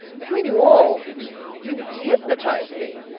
between you all you hypnotized me.